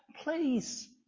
Please